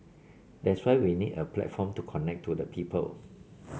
that's why we need a platform to connect to the people